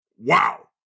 wow